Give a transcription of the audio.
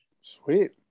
Sweet